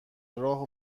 راهو